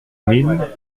mille